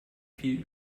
viel